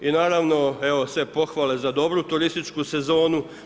I naravno evo sve pohvale za dobru turističku sezonu.